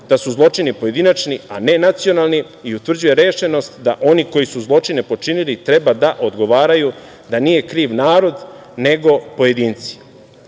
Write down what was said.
da su zločini pojedinačni, a ne nacionalni i utvrđuje rešenost da oni koji su zločine počinili treba da odgovaraju, da nije kriv narod nego pojedinci.